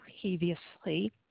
previously